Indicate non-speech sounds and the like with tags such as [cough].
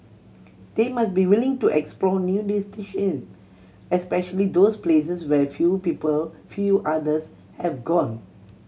they must be willing to explore new [unintelligible] especially those places where few people few others have gone